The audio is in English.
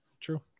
True